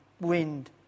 wind